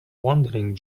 wandering